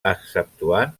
exceptuant